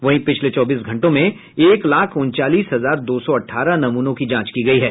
वहीं पिछले चौबीस घंटों में एक लाख उनचालीस हजार दो सौ अठारह नमूनों की जांच की गई है